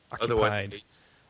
otherwise